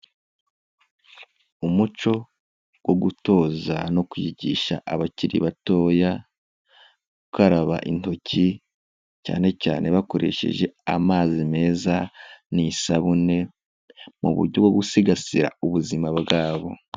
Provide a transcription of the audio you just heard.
Umuco wo gutoza no kwigisha abakiri batoya gukaraba intoki, cyane cyane bakoresheje amazi meza n'isabune, mu buryo bwo gusigasira ubuzima bwabo.